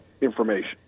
information